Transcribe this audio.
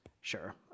Sure